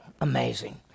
Amazing